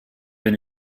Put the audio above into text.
been